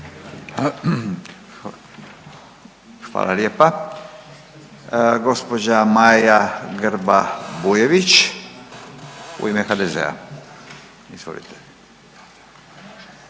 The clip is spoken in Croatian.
Hvala lijepa. Gospođa Maja Grba Bujević u ime HDZ-a. Izvolite.